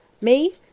Me